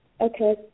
Okay